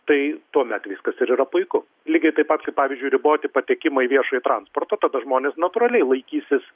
tai tuomet viskas ir yra puiku lygiai taip pat kaip pavyzdžiui riboti patekimą į viešąjį transportą tada žmonės natūraliai laikysis